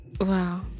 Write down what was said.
wow